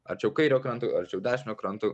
arčiau kairio kranto arčiau dešinio kranto